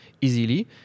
easily